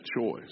choice